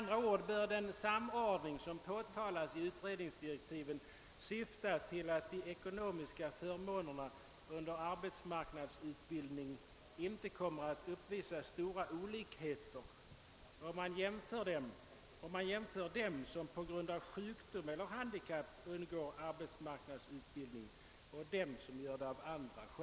Den samordning som omtalas i utredningsdirektiven bör med andra ord syfta till att de ekonomiska förmånerna under arbetsmarknadsutbildning inte kommer att uppvisa stora olikheter för de personer som på grund av sjukdom eller handikapp undergår arbetsmarknadsutbildning och de som gör det av andra skäl.